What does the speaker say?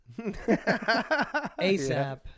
ASAP